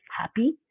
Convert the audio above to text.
happy